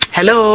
Hello